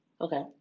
Okay